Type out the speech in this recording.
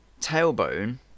tailbone